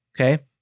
okay